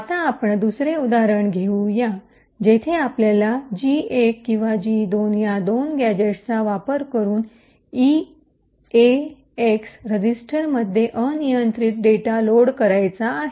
आता आपण दुसरे उदाहरण घेऊ या जेथे आपल्याला जी १ आणि जी २ या दोन गॅझेट्सचा वापर करून ईएएक्स रजिस्टरमध्ये अनियंत्रित डेटा लोड करायचा आहे